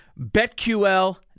BetQL